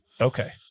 Okay